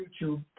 YouTube